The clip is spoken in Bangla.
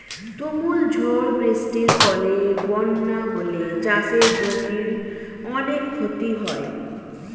তুমুল ঝড় বৃষ্টির ফলে বন্যা হলে চাষের জমির অনেক ক্ষতি হয়